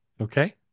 Okay